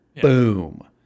boom